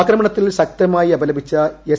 ആക്രമണത്തിൽ ശക്തമായി അപലപിച്ച എസ്